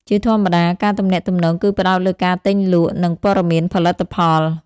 ជាធម្មតា ការទំនាក់ទំនងគឺផ្តោតលើការទិញលក់ និងព័ត៌មានផលិតផល។